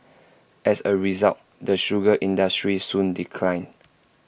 as A result the sugar industry soon declined